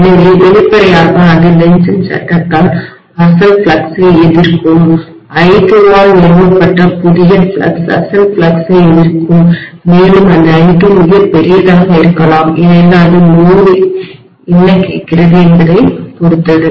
எனவே வெளிப்படையாக அது லென்ஸின் சட்டத்தால் அசல் ஃப்ளக்ஸை எதிர்க்கும் I2 ஆல் நிறுவப்பட்ட புதிய ஃப்ளக்ஸ் அசல் ஃப்ளக்ஸை எதிர்க்கும் மேலும் இந்த I2 மிகப் பெரியதாக இருக்கலாம் ஏனெனில் இது சுமைலோடு என்ன கேட்கிறது என்பதைப் பொறுத்தது